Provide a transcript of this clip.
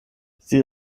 sie